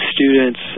students